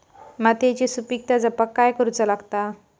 मातीयेची सुपीकता जपाक काय करूचा लागता?